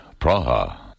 Praha